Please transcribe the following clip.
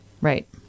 right